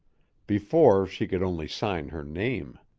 before she could only sign her name.